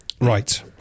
Right